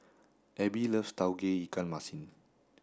Abbey loves Tauge Ikan Masin